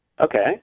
Okay